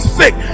sick